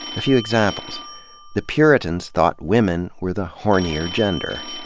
a few examples the puritans thought women were the hornier gender.